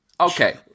okay